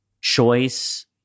choice